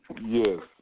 Yes